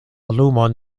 lumon